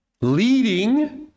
leading